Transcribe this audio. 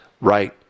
right